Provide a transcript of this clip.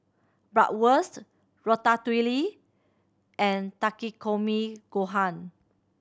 Bratwurst Ratatouille and Takikomi Gohan